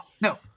no